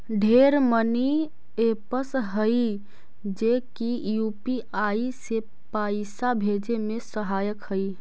ढेर money apps हई जे की यू.पी.आई से पाइसा भेजे में सहायक हई